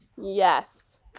Yes